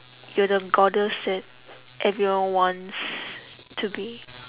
you're the goddess that everyone wants to be